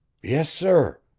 yes, sir.